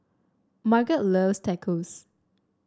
Margot loves Tacos